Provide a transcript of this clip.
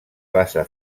basa